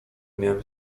miałem